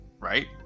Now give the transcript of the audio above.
right